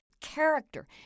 character